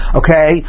okay